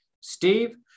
Steve